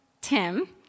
Tim